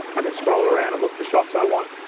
i can scroll around and look for shots i want.